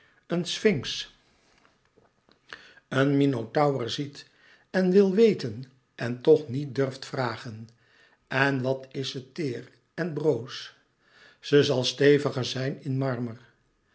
een sfinx een minotaur ziet en wil weten en toch niet durft vragen en wat is ze teêr en broos ze zal steviger zijn in marmer